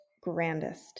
grandest